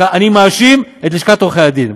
אני מאשים את לשכת עורכי הדין.